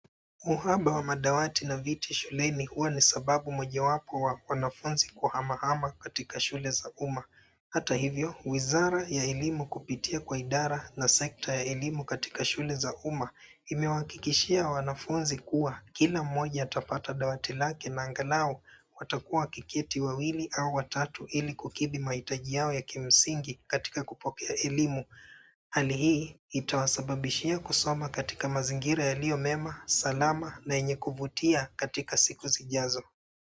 Uhaba wa madawati na viti shuleni huwa ni sababu mojawapo wa wanafunzi kuhamahama katika shule za umma. Hata hivyo wizara ya elimu kupitia kwa idara na sekta ya elimu katika shule za umma imewahakikishia wanafunzi kuwa kila mmoja atapata dawati lake na angalau watakuwa wakiketi wawili au watatu ili kukidhi mahitaji yao ya kimsingi katika kupokea elimu. Hali hii itawasababishia kusoma katika mazingira yaliyo mema, salama na yenye kuvutia katika siku zijazo.